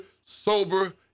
sober